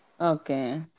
Okay